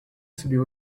собі